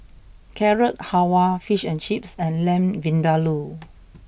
Carrot Halwa Fish and Chips and Lamb Vindaloo